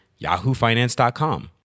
yahoofinance.com